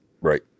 Right